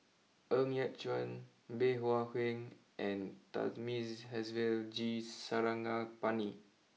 Ng Yat Chuan Bey Hua Heng and Thamizhavel G Sarangapani